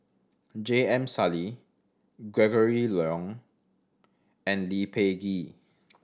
J M Sali Gregory Yong and Lee Peh Gee